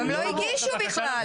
הם לא הגישו בכלל.